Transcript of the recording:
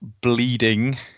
bleeding